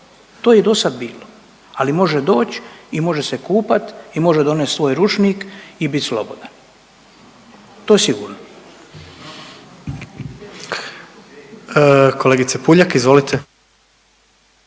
to je i do sad bilo, ali može doć i može se kupat i može donest svoj ručnik i bit slobodan, to sigurno. **Jandroković,